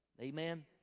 Amen